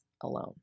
alone